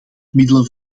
middelen